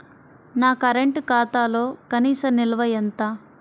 నా కరెంట్ ఖాతాలో కనీస నిల్వ ఎంత?